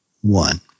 one